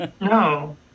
No